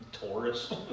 Tourist